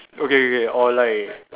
okay okay or like